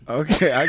okay